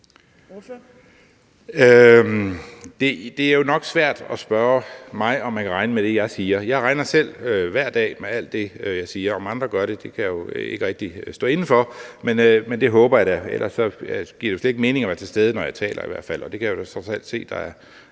Det er jo nok svært at spørge mig, om man kan regne med det, jeg siger. Jeg regner selv hver dag med alt det, jeg siger. Om andre gør det, kan jeg jo ikke rigtig stå inde for, men det håber jeg da. Ellers giver det jo slet ikke mening at være til stede, når jeg taler,